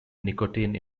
nicotine